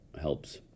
helps